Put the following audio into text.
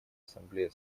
ассамблея